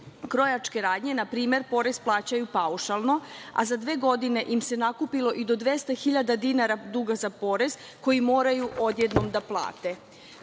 Krojačke radnje, na primer, porez plaćaju paušalno, a za dve godine im se nakupilo i do 200.000 dinara duga za porez koji moraju odjednom da plate. Unazad